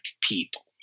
people